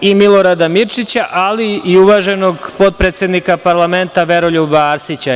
I Milorada Mirčića, ali i uvaženog potpredsednika parlamenta Veroljuba Arsića.